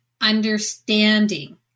understanding